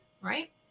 right